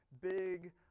big